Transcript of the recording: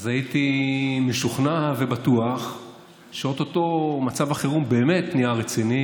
אז הייתי משוכנע ובטוח שאו-טו-טו מצב החירום באמת נהיה רציני,